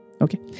Okay